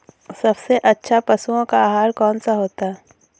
सबसे अच्छा पशुओं का आहार कौन सा होता है?